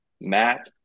Matt